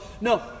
No